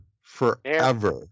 forever